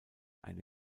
eine